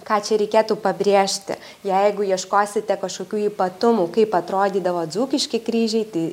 ką čia reikėtų pabrėžti jeigu ieškosite kažkokių ypatumų kaip atrodydavo dzūkiški kryžiai tai